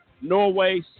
Norway